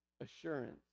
assurance